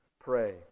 pray